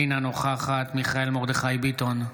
אינה נוכחת מיכאל מרדכי ביטון,